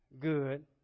good